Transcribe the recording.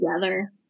together